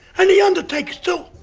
and the undertakers too!